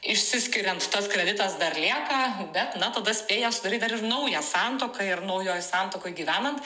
išsiskiriant tas kreditas dar lieka bet na tada spėjęs turi dar ir naują santuoką ir naujoj santuokoj gyvenant